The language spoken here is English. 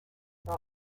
for